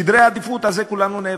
סדרי העדיפויות, על זה כולנו נאבקים.